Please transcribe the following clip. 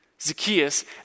Zacchaeus